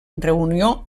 reunió